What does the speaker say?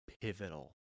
pivotal